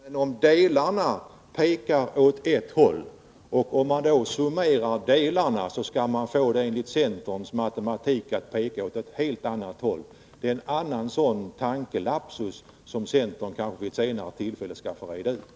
Herr talman! Jag kan inte förstå annat än att centern, trots att det visar sig 14 december 1982 «att delarna vid en summering pekar åt ett håll, i sin matematik får resultatet att peka åt ett annat håll. Det är en tankelapsus som centern kanske vid ett senare tillfälle får reda ut.